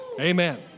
Amen